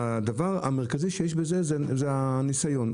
הדבר המרכזי שיש פה הוא הניסיון.